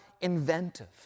inventive